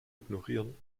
ignorieren